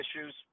issues